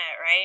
right